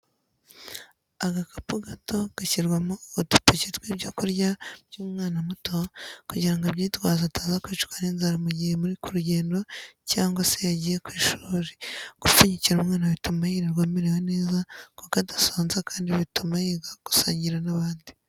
Agakapu gato gashyirwa udupaki tw'ibyo kurya by'umwana muto kugirango abyitwaze ataza kwicwa n'inzara mu gihe muri ku rugendo cyangwa se yagiye ku ishuri, gupfunyikira umwana bituma yirirwa amerewe neza kuko adasonza kandi bituma yiga gusangira n'abandi.